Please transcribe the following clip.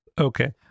Okay